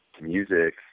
music